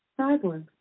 Cyborg